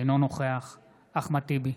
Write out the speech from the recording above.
אינו נוכח אחמד טיבי,